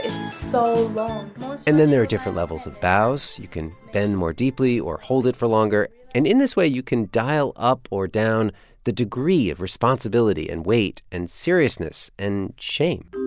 so long and then there are different levels of bows. you can bend more deeply or hold it for longer. and in this way, you can dial up or down the degree of responsibility and weight and seriousness and shame.